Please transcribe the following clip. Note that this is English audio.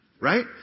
Right